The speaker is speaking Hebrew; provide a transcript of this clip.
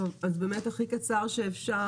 טוב, אז באמת הכי קצר שאפשר.